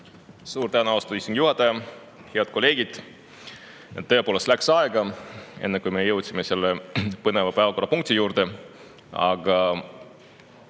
Suur tänu, austatud istungi juhataja! Head kolleegid! Tõepoolest läks aega, enne kui me jõudsime selle põneva päevakorrapunkti juurde. Aga